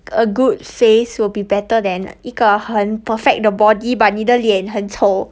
a good face will be better than 一个很 perfect 的 body but 你的脸很丑